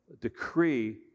decree